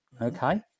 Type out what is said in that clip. Okay